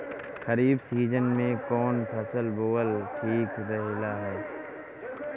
खरीफ़ season में कौन फसल बोअल ठिक रहेला ह?